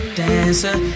dancer